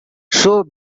show